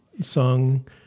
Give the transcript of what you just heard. sung